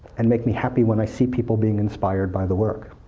and make me happy when i see people being inspired by the work.